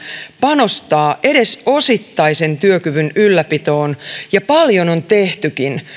panostaa edes osittaisen työkyvyn ylläpitoon ja paljon on tehtykin